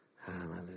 Hallelujah